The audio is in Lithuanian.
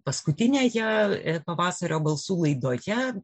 paskutinėje pavasario balsų laidoje